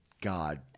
God